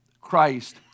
Christ